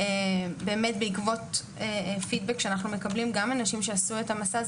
באמת בעקבות פידבק שאנחנו מקבלים גם מאנשים שעשו את המסע,